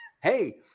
hey